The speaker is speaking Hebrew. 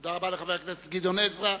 תודה לחבר הכנסת גדעון עזרא.